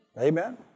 Amen